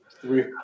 three